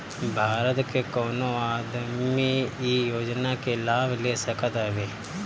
भारत के कवनो आदमी इ योजना के लाभ ले सकत हवे